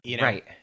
Right